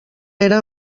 era